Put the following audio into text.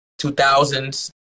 2000s